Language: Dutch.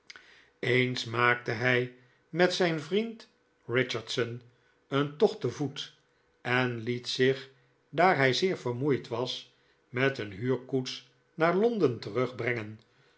eens maakte hij met zijn vriend richardson een tocht te voet en liet zich daar hij zeer vermoeid was met een huurkoets naar londen terugbrengen